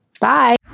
Bye